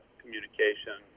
communication